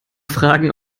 fragen